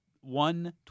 one